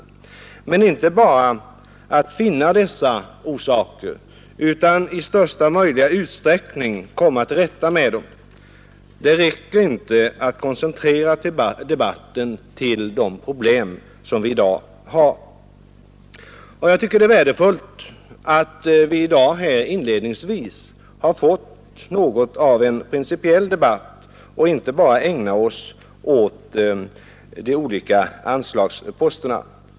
Men det gäller inte bara att finna dessa orsaker utan också att i största möjliga utsträckning komma till rätta med dem. Det räcker inte att koncentrera debatten till de problem som vi i dag har. Jag tycker det är värdefullt att vi i dag här inledningsvis har fått något av en principiell debatt och inte bara ägnar oss åt de olika anslagsposterna.